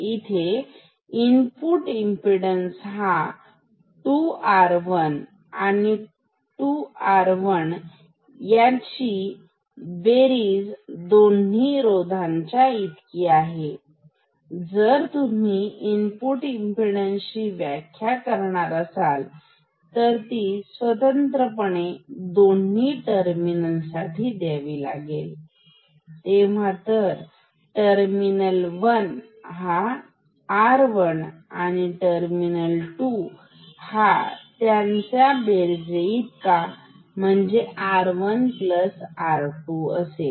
इथे input impedance हा 2 R 1 आहे 2 R 1 याची बेरीज दोन्ही रोधांच्या इतकी आहे आणि जर तुम्ही इनपुट इमपीडन्स ची व्याख्या करणार असाल तर ती स्वतंत्रपणे दोन्ही टर्मिनल साठी द्यावी लागेल तेव्हा तर टर्मिनल 1 हा R1 इतका आणि टर्मिनल 2 त्यांच्या बेरीज इतका म्हणजे R1R2 असेल